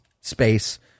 space